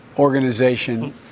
Organization